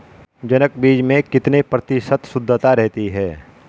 जनक बीज में कितने प्रतिशत शुद्धता रहती है?